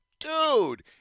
Dude